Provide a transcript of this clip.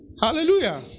Hallelujah